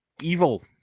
evil